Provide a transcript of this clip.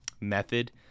method